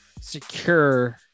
secure